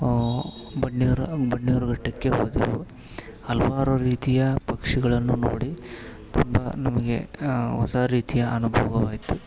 ಬನ್ನೇರ ಬನ್ನೇರಘಟ್ಟಕ್ಕೆ ಹೋದೆವು ಹಲವಾರು ರೀತಿಯ ಪಕ್ಷಿಗಳನ್ನು ನೋಡಿ ತುಂಬ ನಮಗೆ ಹೊಸ ರೀತಿಯ ಅನುಭವವಾಯಿತು